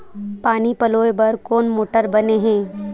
पानी पलोय बर कोन मोटर बने हे?